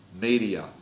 media